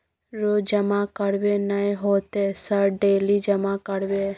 रोज जमा करबे नए होते सर डेली जमा करैबै?